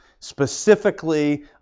Specifically